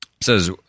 says